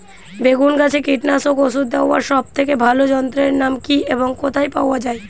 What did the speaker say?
বেগুন গাছে কীটনাশক ওষুধ দেওয়ার সব থেকে ভালো যন্ত্রের নাম কি এবং কোথায় পাওয়া যায়?